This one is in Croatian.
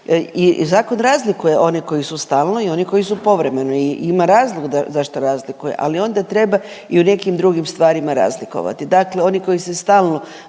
i zakon razlikuje one koji su stalno i oni koji su povremeno i ima razlog zašto razlikuje, ali onda treba i u nekim drugim stvarima razlikovati. Dakle, oni koji se stalno